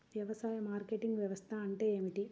వ్యవసాయ మార్కెటింగ్ వ్యవస్థ అంటే ఏమిటి?